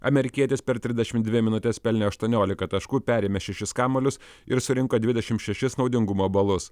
amerikietis per trisdešimt dvi minutes pelnė aštuoniolika taškų perėmė šešis kamuolius ir surinko dvidešimt šešis naudingumo balus